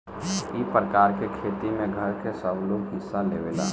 ई प्रकार के खेती में घर के सबलोग हिस्सा लेवेला